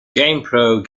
gamepro